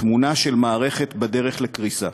תמונה של מערכת בדרך לקריסה.